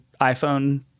iPhone